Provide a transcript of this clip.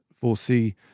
foresee